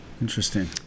interesting